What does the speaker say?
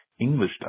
English